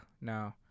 no